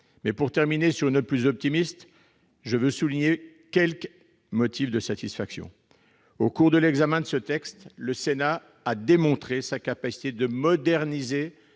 débats. Pour terminer sur une note plus optimiste, je veux souligner quelques motifs de satisfaction. Au cours de l'examen de ce texte, le Sénat a démontré sa capacité à moderniser